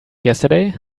yesterday